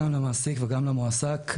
גם למעסיק וגם למועסק,